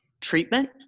treatment